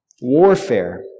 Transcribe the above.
warfare